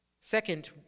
second